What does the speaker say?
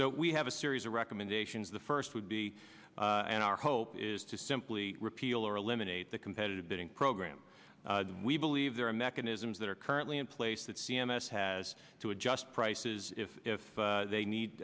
so we have a series of recommendations the first would be in our hope is to simply repeal or eliminate the competitive bidding program we believe there are mechanisms that are currently in place that c m s has to adjust prices if they need